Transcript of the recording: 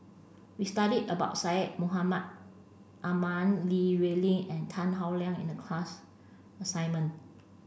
we studied about Syed Mohamed Ahmed Li Rulin and Tan Howe Liang in the class assignment